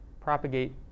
propagate